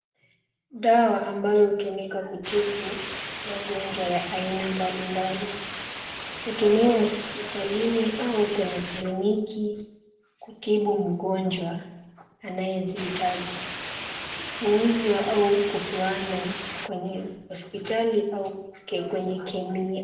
Dawa ambayo hutumika kutibu magonjwa ya aina mbalimbali. Hutumiwa hospitalini au kwenye kliniki kutibu mgonjwa anayezihitaji. Huuzwa au kupeanwa kwenye hospitali au kwenye kemia.